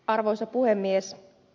arvoisa puhemies